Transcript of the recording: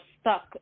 stuck